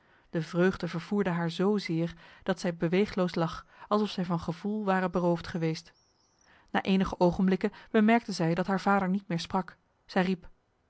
de vreugde vervoerde haar zo zeer dat zij beweegloos lag alsof zij van gevoel ware beroofd geweest na enige ogenblikken bemerkte zij dat haar vader niet meer sprak zij riep